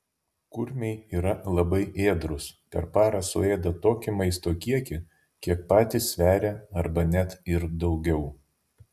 kurmiai yra labai ėdrūs per parą suėda tokį maisto kiekį kiek patys sveria arba net ir daugiau